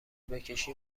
بکشی